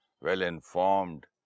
well-informed